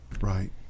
Right